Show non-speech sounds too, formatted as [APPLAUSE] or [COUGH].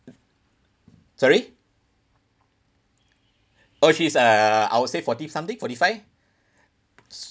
sorry oh she's uh I would say forty something forty five [NOISE]